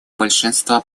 большинство